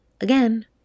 again